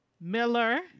Miller